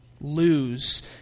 Lose